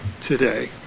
today